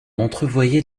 entrevoyait